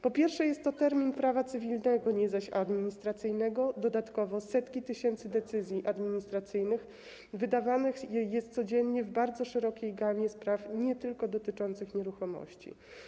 Po pierwsze, jest to termin prawa cywilnego nie zaś administracyjnego, dodatkowo setki tysięcy decyzji administracyjnych wydawanych jest codziennie w bardzo szerokiej gamie spraw, nie tylko dotyczących nieruchomości.